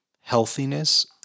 healthiness